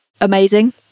amazing